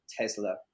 Tesla